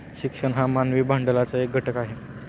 शिक्षण हा मानवी भांडवलाचा एक घटक आहे